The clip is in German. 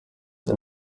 der